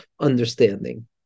understanding